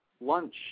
lunch